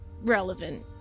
relevant